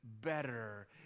better